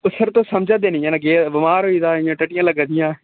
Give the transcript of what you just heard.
sir तुस समझा दे नि हैन केह् होएआ बमार होई गेदा हा इयां टट्टियां लग्गां दियां